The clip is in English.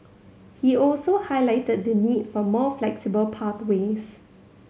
he also highlighted the need for more flexible pathways